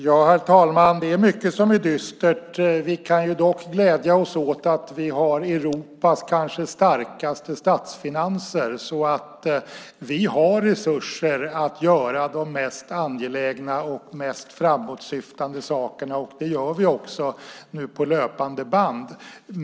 Herr talman! Det är mycket som är dystert. Vi kan dock glädja oss åt att vi har Europas kanske starkaste statsfinanser så att vi har resurser att göra de mest angelägna och mest framåtsyftande sakerna, och det gör vi också nu på löpande band.